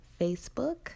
Facebook